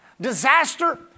disaster